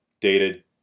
dated